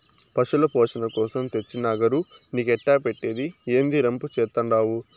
పశుల పోసణ కోసరం తెచ్చిన అగరు నీకెట్టా పెట్టేది, ఏందీ రంపు చేత్తండావు